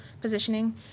positioning